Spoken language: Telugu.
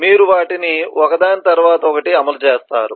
మీరు వాటిని ఒకదాని తరువాత ఒకటి అమలు చేస్తారు